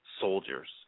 soldiers